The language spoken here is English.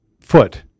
foot